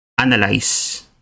analyze